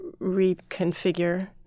reconfigure